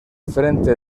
frente